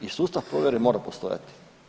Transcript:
I sustav provjere mora postojati.